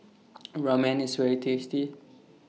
Ramen IS very tasty